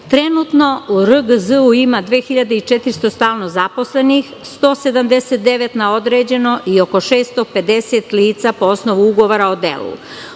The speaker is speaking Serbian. struke. Trenutno u RGZ ima 2.400 stalno zaposlenih, 179 na određeno i oko 650 lica po osnovu ugovora o delu.